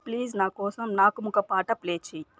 please నాకోసం నాకుముక్కా పాట ప్లే చేయి